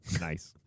Nice